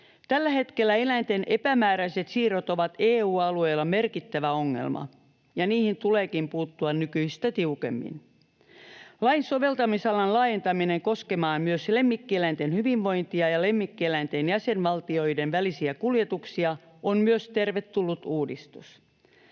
Tällä hetkellä eläinten epämääräiset siirrot ovat EU-alueella merkittävä ongelma, ja niihin tuleekin puuttua nykyistä tiukemmin. Lain soveltamisalan laajentaminen koskemaan myös lemmikkieläinten hyvinvointia ja lemmikkieläinten jäsenvaltioiden välisiä kuljetuksia on myös tervetullut uudistus